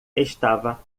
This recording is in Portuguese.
estava